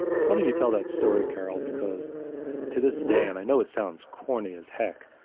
it's funny you tell that story, carol because to this day, and i know it sounds corny as heck,